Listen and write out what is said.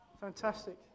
Fantastic